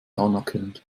anerkennend